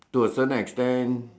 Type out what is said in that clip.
to a certain extent